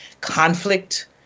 conflict